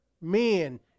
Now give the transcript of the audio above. Men